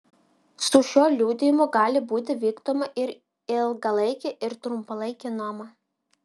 su šiuo liudijimu gali būti vykdoma ir ilgalaikė ir trumpalaikė nuoma